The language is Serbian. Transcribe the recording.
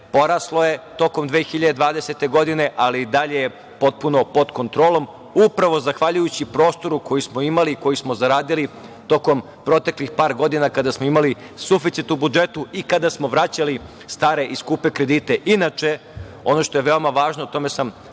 poraslo je tokom 2020. godine, ali i dalje je potpuno pod kontrolom, upravo zahvaljujući prostoru koji smo imali i koji smo zaradili tokom proteklih par godina kada smo imali suficit u budžetu i kada smo vraćali stare i skupe kredite. Ono što je veoma važno, o tome sam